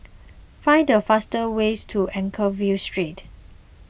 find the fastest ways to Anchorvale Street